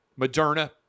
Moderna